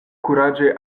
kuraĝe